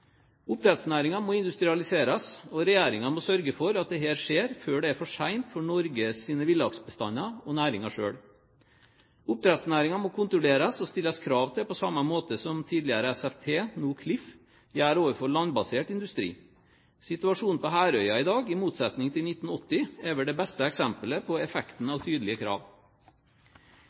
må industrialiseres, og regjeringen må sørge for at dette skjer før det er for sent for Norges villaksbestander og næringen selv. Oppdrettsnæringen må kontrolleres og stilles krav til på samme måte som tidligere SFT, nå Klif, gjør overfor landbasert industri. Situasjonen på Herøya i dag, i motsetning til i 1980, er vel det beste eksempelet på effekten av tydelige krav.